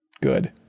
Good